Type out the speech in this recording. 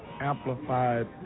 amplified